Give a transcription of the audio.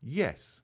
yes.